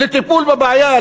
לטיפול בבעיה,